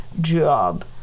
job